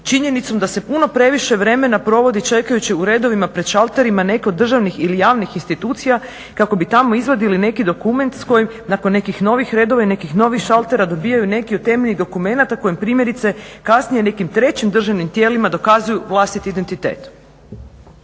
činjenicom da se puno previše vremena provodi čekajući u redovima pred šalterima neke od državnih ili javnih institucija kako bi tamo izvadili neki dokument s kojim nakon nekih novih redova i nekih novih šaltera dobijaju neki od temeljnih dokumenata kojim primjerice kasnije nekim trećim državnim tijelima dokazuju vlastiti identitet.